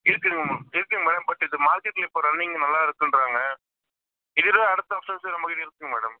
இருக்குங்கம்மா இருக்குது ma'am but இது மார்க்கெட்ல இப்போ ரன்னிங் நல்லா இருக்குதுன்றாங்க இதிலே அடுத்த வெர்சன்ஸ் நம்மகிட்ட இருக்குது மேடம்